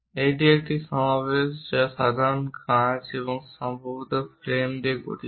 এটি একটি সমাবেশ যা সাধারণ কাচ সম্ভবত ফ্রেম নিয়ে গঠিত